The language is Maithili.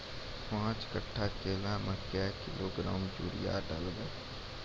पाँच कट्ठा केला मे क्या किलोग्राम यूरिया डलवा?